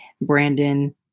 Brandon